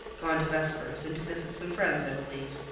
gone to vespers, and to visit some friends, i believe.